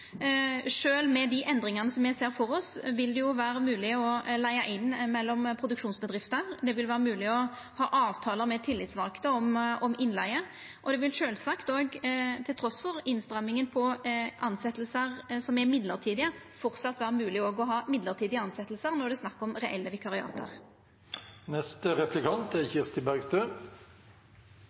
med dei endringane me ser føre oss, vil det vera mogleg å leiga inn mellom produksjonsbedrifter. Det vil vera mogleg å ha avtalar med tillitsvalde om innleige, og det vil sjølvsagt òg – trass i innstrammingane i tilsetjingar som er mellombelse – fortsatt vera mogleg òg å ha mellombelse tilsetjingar når det er snakk om reelle vikariat. Det er